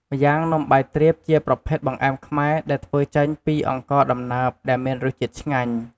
ម្យ៉ាងនំបាយទ្រាបជាប្រភេទបង្អែមខ្មែរដែលធ្វើចេញពីអង្ករដំណើបដែលមានរសជាតិឆ្ងាញ់។